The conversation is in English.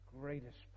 greatest